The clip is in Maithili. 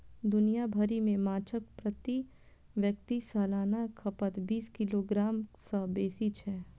दुनिया भरि मे माछक प्रति व्यक्ति सालाना खपत बीस किलोग्राम सं बेसी छै